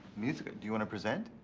music, do you wanna present?